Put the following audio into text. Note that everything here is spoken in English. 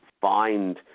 find